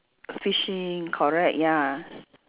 fishing correct ya